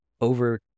over